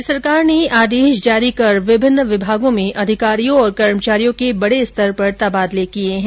राज्य सरकार ने आदेश जारी कर विभिन्न विभागों में अधिकारियों और कर्मचारियों के बडे स्तर पर तबादले किये है